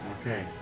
Okay